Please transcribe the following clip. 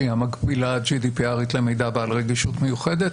שהיא המקבילה של ה-GDPR למידע בעל רגישות מיוחדת,